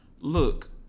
Look